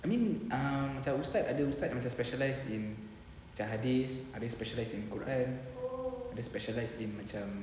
I mean ah macam ustaz ada ustaz macam specialise in macam hadis ada specialise in quran ada specialise in macam